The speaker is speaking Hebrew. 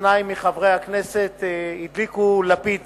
שניים מחברי הכנסת הדליקו לפיד